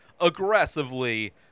aggressively